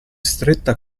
stretta